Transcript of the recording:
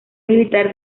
militar